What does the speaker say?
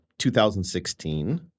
2016